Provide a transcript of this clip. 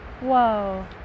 whoa